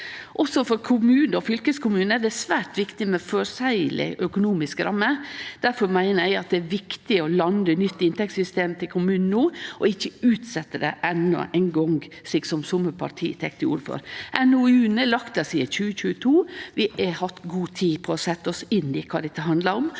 Også for kommunar og fylkeskommunar er det svært viktig med føreseielege økonomiske rammer. Difor meiner eg at det er viktig å lande nytt inntektssystem til kommunen no, og ikkje utsetje det endå ein gong, slik som somme parti tek til orde for. NOU-en har lege der sidan 2022. Vi har hatt god tid på å setje oss inn i kva dette handlar om,